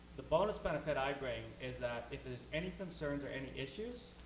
the bonus benefit i bring is that if there's any concerns or any issues,